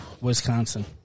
Wisconsin